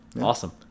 Awesome